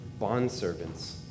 bondservants